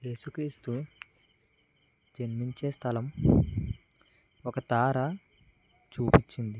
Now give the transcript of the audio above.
యేసుక్రీస్తు జన్మించే స్థలం ఒక తార చూపించింది